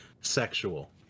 sexual